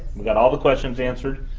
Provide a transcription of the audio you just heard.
we got all the questions answered,